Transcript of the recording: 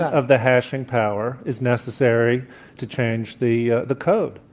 of the hashing power is necessary to change the the code.